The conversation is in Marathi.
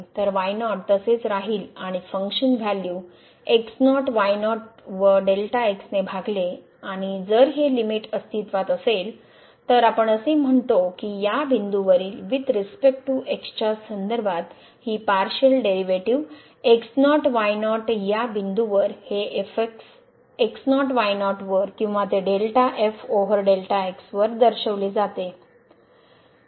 तर y0 तसेच राहील आणि फंक्शन व्हॅल्यू x0 y0 व ने भागले आणि जर हे लिमिट अस्तित्वात असेल तर आपण असे म्हणतो की या बिंदूवरील वूइथ रीसपेकट टू x च्या संदर्भात ही पारशिअल डेरिव्हेटिव्ह x0 y0 या बिंदूवर हे किंवा ते delta F over x0 y0 वर दर्शविले जाते